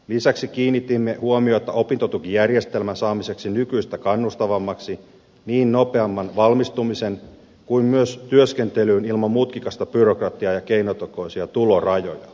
lisäksi kiinnitimme huomiota opintotukijärjestelmän saamiseen nykyistä kannustavammaksi niin nopeampaan valmistumiseen kuin myös työskentelyyn ilman mutkikasta byrokratiaa ja keinotekoisia tulorajoja